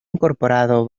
incorporado